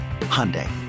Hyundai